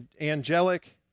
angelic